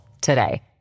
today